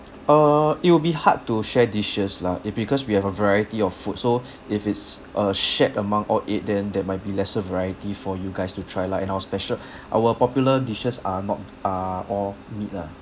uh it will be hard to share dishes lah uh because we have a variety of food so if it's uh shared among all eight then there might be lesser variety for you guys to try lah and our special our popular dishes are not are all meat lah